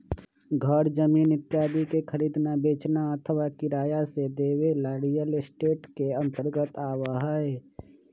घर जमीन इत्यादि के खरीदना, बेचना अथवा किराया से देवे ला रियल एस्टेट के अंतर्गत आवा हई